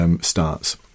starts